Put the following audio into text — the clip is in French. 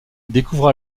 découvre